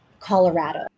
Colorado